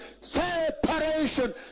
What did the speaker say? Separation